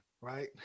right